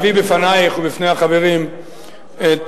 אביא בפנייך ובפני החברים את,